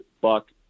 buck